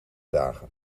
dagen